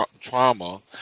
trauma